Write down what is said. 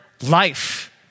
life